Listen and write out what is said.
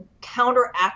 counteract